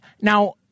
now